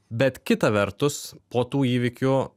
bet kita vertus po tų įvykių